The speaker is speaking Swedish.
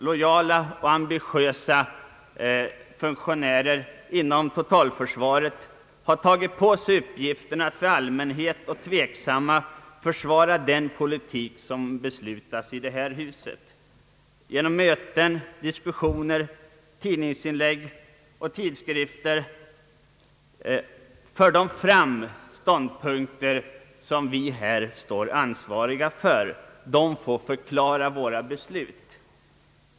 Lojala och ambitiösa funktionärer inom totalförsvaret - har tagit på sig uppgiften att för allmänhet och tveksamma försvara den politik som beslutas i det här huset. Genom möten, diskussioner, tidningsinlägg och skrifter för de fram ståndpunkterna. De får förklara våra beslut.